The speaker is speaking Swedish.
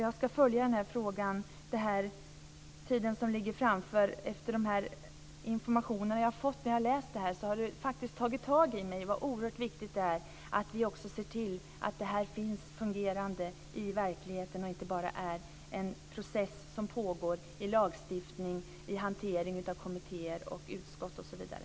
Jag ska följa frågan under den tid som följer efter den information som jag nu har fått. När jag läste det här insåg jag hur oerhört viktigt det är att vi ser till att det fungerar i verkligheten och inte bara är en process som pågår i lagstiftning, i hantering av kommittéer, i utskott osv.